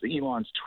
Elon's